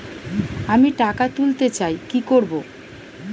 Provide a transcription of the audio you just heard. আমি টাকা তুলতে চাই কি করব?